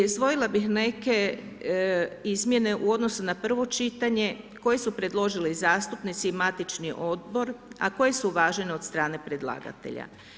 Izdvojila bih neke izmjene u odnosu na prvo čitanje koje su predložili zastupnici i matični odbor, a koje su uvažene od strane predlagatelja.